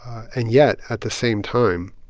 and yet, at the same time,